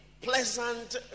pleasant